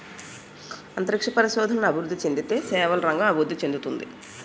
అంతరిక్ష పరిశోధనలు అభివృద్ధి చెందితే సేవల రంగం అభివృద్ధి చెందుతుంది